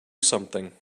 something